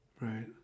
Right